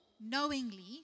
knowingly